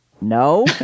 No